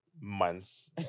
months